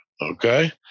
okay